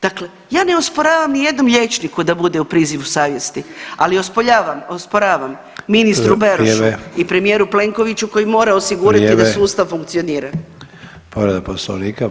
Dakle, ja ne osporavam ni jednom liječniku da bude u prizivu savjesti, ali osporavam ministru Berošu [[Upadica: Vrijeme.]] i premijeru Plenkoviću koji mora osigurati [[Upadica: Vrijeme.]] da sustav funkcionira.